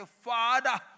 Father